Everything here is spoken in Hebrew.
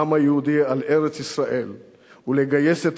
לעם היהודי על ארץ-ישראל ולגייס את